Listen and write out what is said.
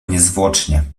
niezwłocznie